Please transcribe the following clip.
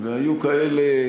היו כאלה בבית-ג'אלה.